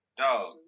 dog